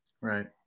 right